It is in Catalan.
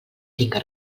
tinga